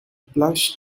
plush